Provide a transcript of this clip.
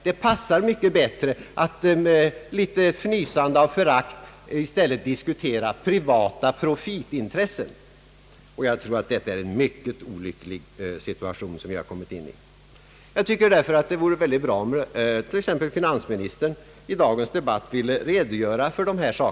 Det låter mycket bättre att med en liten fnysning av förakt i stället diskutera privata profitintressen. Jag tror att det är en mycket olycklig situation som vi härigenom kommit in i. Det vore mycket värdefullt om t.ex. finansministern i dagens debatt ville redogöra för dessa frågor.